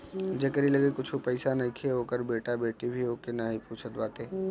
जेकरी लगे कुछु पईसा नईखे ओकर बेटा बेटी भी ओके नाही पूछत बाटे